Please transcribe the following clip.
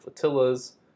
flotillas